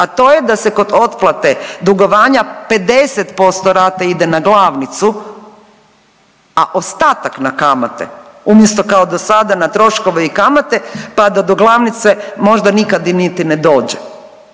a to je da se otplate dugovanja, 50% rate ide na glavnicu, a ostatak na kamate, umjesto kao do sada na troškove i kamate pa da do glavnice možda nikad niti ne dođe.